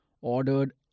ordered